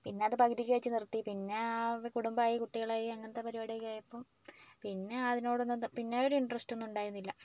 പിന്നെ അത് പകുതിക്ക് വെച്ച് നിര്ത്തി പിന്നെ കുടുംബമായി കുട്ടികളായി അങ്ങനത്തെ പരിപാടിക്കെ ആയപ്പോൾ പിന്നെ അതിനോടൊന്നും പിന്നെ ഇന്ട്രസ്റ്റ് ഒന്നും ഉണ്ടായിരുന്നില്ല